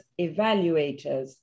evaluators